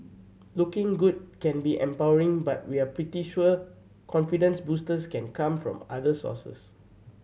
looking good can be empowering but we're pretty sure confidence boosters can come from other sources